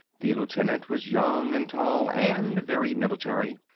the lieutenant was young and tall and very military.